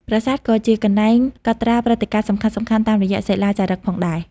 ប្រាសាទក៏ជាកន្លែងកត់ត្រាព្រឹត្តិការណ៍សំខាន់ៗតាមរយៈសិលាចារឹកផងដែរ។